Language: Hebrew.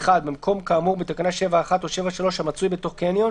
במקום כאמור בתקנה 7(1) או 7(3) המצוי בתוך קניון